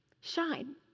Shine